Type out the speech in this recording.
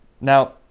Now